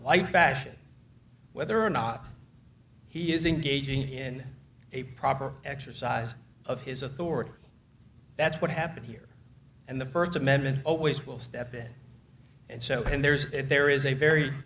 like fashion whether or not he is engaging in a proper exercise of his authority that's what happened here and the first amendment always will step in and so there's a there is a very